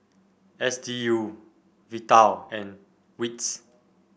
S D U Vital and WITS